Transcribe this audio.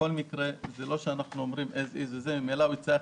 בכל מקרה אנחנו לא אומרים AS IS. ממילא מי שמייבא